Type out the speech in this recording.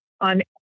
on